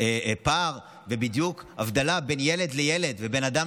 עובדי הכנסת תוך רמיסת עקרון הפרדת הרשויות ובאופן